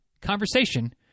conversation